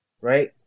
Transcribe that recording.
right